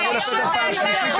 לסדר פעם שלישית.